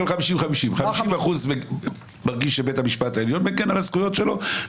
50%: 50% מרגיש שבית המשפט העליון מגן על הזכויות שלו,